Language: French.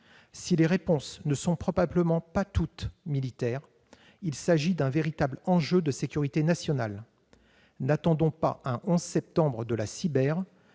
Si les réponses ne sont probablement pas toutes militaires, il s'agit néanmoins d'un véritable enjeu de sécurité nationale. N'attendons pas un 11-septembre de la « cyber